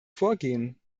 vorgehen